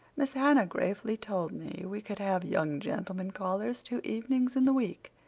miss hannah gravely told me we could have young gentlemen callers two evenings in the week,